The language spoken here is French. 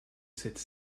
cette